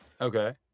Okay